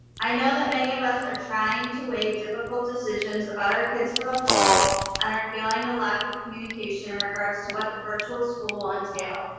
i know that many of us are trying to weigh difficult decisions about our kids for the fall and are feeling a lack of communication in regards to what the virtual school will entail,